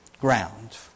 ground